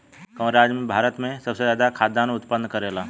कवन राज्य भारत में सबसे ज्यादा खाद्यान उत्पन्न करेला?